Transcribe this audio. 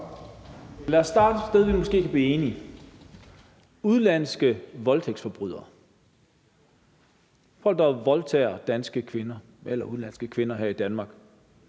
Lad os starte et sted, hvor vi måske kan blive enige: udenlandske voldtægtsforbrydere – folk, der voldtager danske kvinder eller udenlandske kvinder her i Danmark.